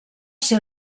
ser